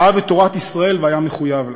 אהב את תורת ישראל והיה מחויב לה.